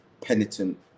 penitent